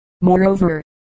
moreover